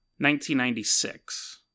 1996